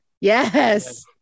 Yes